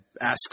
asks